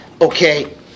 Okay